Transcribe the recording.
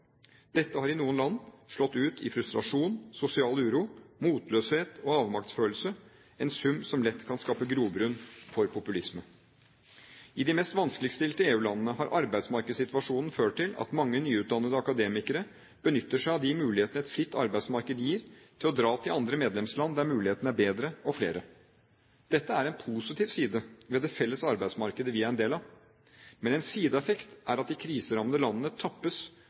Dette har i noen land slått ut i frustrasjon, sosial uro, motløshet og avmaktsfølelse, en sum som lett kan skape grobunn for populisme. I de mest vanskeligstilte EU-landene har arbeidsmarkedssituasjonen ført til at mange nyutdannede akademikere benytter seg av de mulighetene et fritt arbeidsmarked gir, til å dra til andre medlemsland der mulighetene er bedre og flere. Dette er en positiv side ved det felles arbeidsmarkedet vi er en del av. Men en sideeffekt er at de kriserammede landene tappes